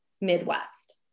midwest